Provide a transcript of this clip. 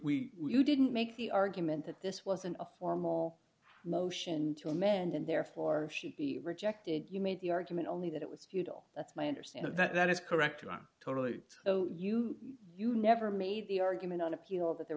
p we didn't make the argument that this wasn't a formal motion to amend and therefore should be rejected you made the argument only that it was futile that's my understand of that is correct i am totally oh you you never made the argument on appeal that there